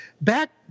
back